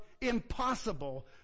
impossible